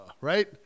right